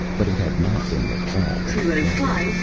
but it had not been the fall that had killed him.